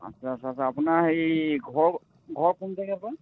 আচ্ছা আচ্ছা আচ্ছা আপোনাৰ হেৰি ঘৰ ঘৰ কোন জেগাত পৰে